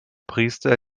priester